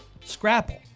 Scrabble